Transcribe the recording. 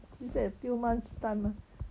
it's a few months time ah